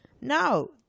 No